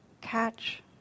catch